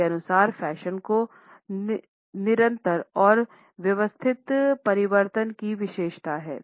उनके अनुसार फैशन को निरंतर और व्यवस्थित परिवर्तन की विशेषता है